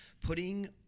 putting